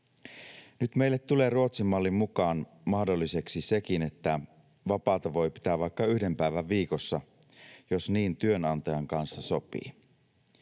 Nyt meille tulee Ruotsin mallin mukaan mahdolliseksi sekin, että vapaata voi pitää vaikka yhden päivän viikossa, jos niin työnantajan kanssa sopii.